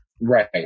Right